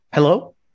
Hello